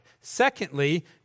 Secondly